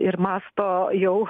ir mąsto jau